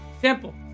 Simple